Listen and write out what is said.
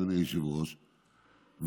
אדוני היושב-ראש,